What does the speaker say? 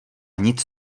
nic